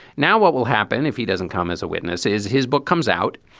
now, what will happen if he doesn't come as a witness is his book comes out.